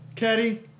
Caddy